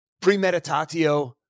premeditatio